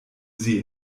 sie